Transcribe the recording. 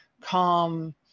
calm